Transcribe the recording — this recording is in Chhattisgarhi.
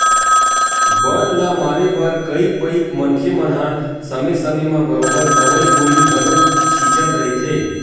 बन ल मारे बर कई पइत मनखे मन हा समे समे म बरोबर दवई गोली घलो छिंचत रहिथे